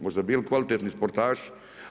Možda bi bili kvalitetni sportaši?